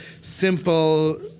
simple